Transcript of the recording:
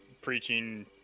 preaching